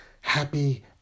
Happy